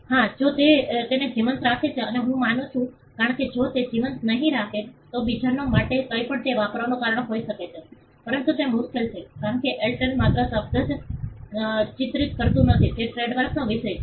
હા જો તે તેને જીવંત રાખે છે અને હું માનું છું કારણ કે જો તે તેને જીવંત નહીં રાખે તો બીજાઓ માટે જે કંઈપણ તે વાપરવાનું કારણ હોઈ શકે છે પરંતુ તે મુશ્કેલ છે કારણ કે એરટેલ માત્ર શબ્દ જ ચિહ્નિત કરતું નથી તે ટ્રેડમાર્કનો વિષય છે